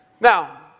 Now